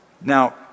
Now